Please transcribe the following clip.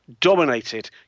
dominated